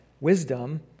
wisdom